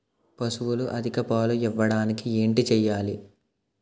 పశువులు అధిక పాలు ఇవ్వడానికి ఏంటి చేయాలి